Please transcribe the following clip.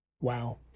Wow